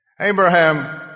Abraham